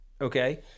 okay